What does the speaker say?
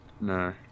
No